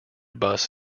bus